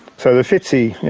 so the fitzy, yeah